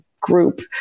group